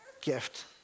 gift